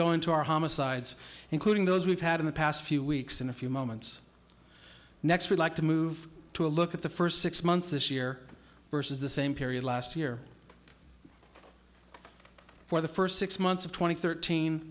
go into our homicides including those we've had in the past few weeks in a few moments next we'd like to move to a look at the first six months this year versus the same period last year for the first six months of tw